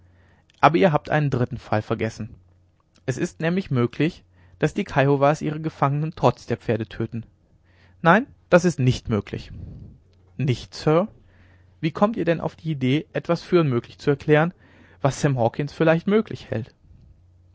aber ihr habt einen dritten fall vergessen es ist nämlich möglich daß die kiowas ihre gefangenen trotz der pferde töten nein das ist nicht möglich nicht sir wie kommt ihr denn auf die idee etwas für unmöglich zu erklären was sam hawkens für leicht möglich hält